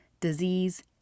disease